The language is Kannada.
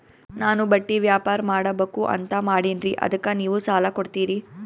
ನಾನು ಬಟ್ಟಿ ವ್ಯಾಪಾರ್ ಮಾಡಬಕು ಅಂತ ಮಾಡಿನ್ರಿ ಅದಕ್ಕ ನೀವು ಸಾಲ ಕೊಡ್ತೀರಿ?